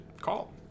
call